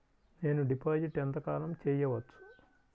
నేను డిపాజిట్ ఎంత కాలం చెయ్యవచ్చు?